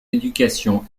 éducation